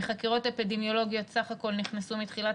מהחקירות האפידמיולוגיות סך הכול נכנסו מתחילת